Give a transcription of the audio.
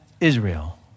Israel